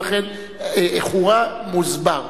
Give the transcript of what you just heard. ולכן איחורה מוסבר.